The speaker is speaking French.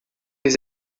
les